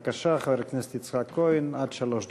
בבקשה, חבר הכנסת יצחק כהן, עד שלוש דקות.